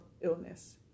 illness